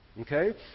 Okay